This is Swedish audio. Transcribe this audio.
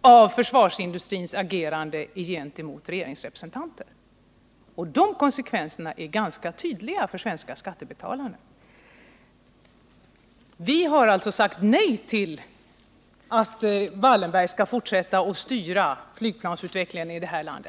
av försvarsindustrins agerande gentemot eller tillsammans med regeringens representanter. De konsekvenserna är nu ganska tydliga för de svenska skattebetalarna. Vi socialdemokrater har alltså sagt nej till att Wallenberg skall fortsätta att styra flygplansutvecklingen i detta land.